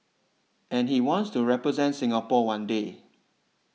and he wants to represent Singapore one day